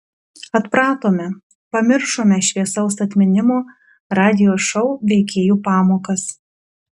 atpratome pamiršome šviesaus atminimo radijo šou veikėjų pamokas